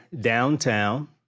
downtown